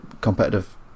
competitive